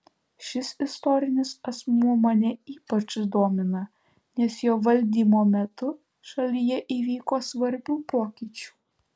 šis istorinis asmuo mane ypač domina nes jo valdymo metu šalyje įvyko svarbių pokyčių